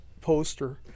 poster